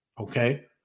Okay